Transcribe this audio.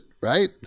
right